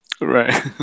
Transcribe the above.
Right